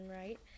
right